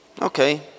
okay